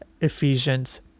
Ephesians